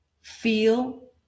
Feel